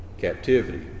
captivity